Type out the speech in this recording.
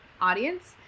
audience